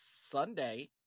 Sunday